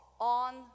on